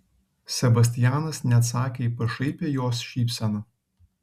sebastianas neatsakė į pašaipią jos šypseną